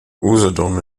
usedom